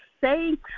say